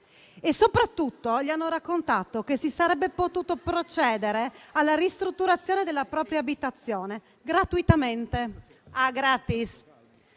E soprattutto gli hanno raccontato che si sarebbe potuto procedere alla ristrutturazione della propria abitazione gratuitamente,